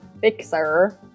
Fixer